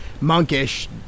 Monkish